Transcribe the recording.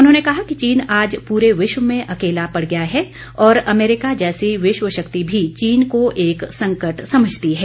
उन्होंने कहा कि चीन आज पूरे विश्व में अकेला पड़ गया है और अमेरिका जैसी विश्व शक्ति भी चीन को एक संकट समझती है